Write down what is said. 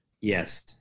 Yes